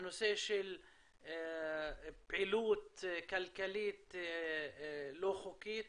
הנושא של פעילות כלכלית לא חוקית